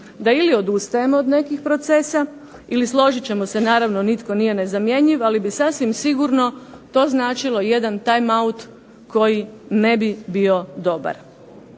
da ili odustajemo od nekih procesa ili složit ćemo se naravno nitko nije nezamjenjiv ali bi sasvim sigurno to značilo i jedan time out koji ne bi bio dobar.